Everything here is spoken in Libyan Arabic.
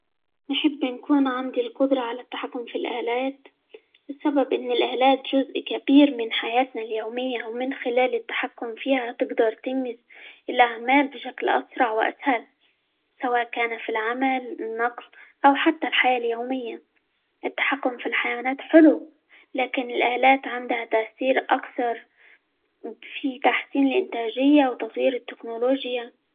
نحب نكون عندي القدرة على التحكم في الآلات؛ السبب إن الآلات جزء كبير من حياتنا اليومية، ومن خلال التحكم فيها هتقدر تنجز الأعمال بشكل أسرع، وأسهل، سواء كان في العمل، النقل، أو حتى الحياة اليومية، التحكم في الحيوانات حلو، لكن الآلات عندها تأثير أكثر في تحسين الإنتاجية، وتغيير التكنولوجيا.